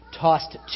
tossed